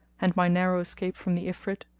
and my narrow escape from the ifrit,